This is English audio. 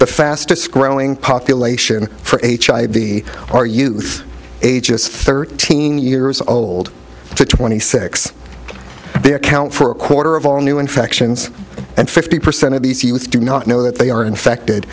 but fastest growing population for hiv or youth ages thirteen years old to twenty six they account for a quarter of all new infections and fifty percent of the she with do not know that they are infected